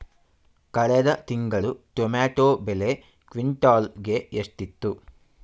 ಕಳೆದ ತಿಂಗಳು ಟೊಮ್ಯಾಟೋ ಬೆಲೆ ಕ್ವಿಂಟಾಲ್ ಗೆ ಎಷ್ಟಿತ್ತು?